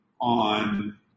on